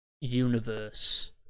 universe